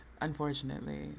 unfortunately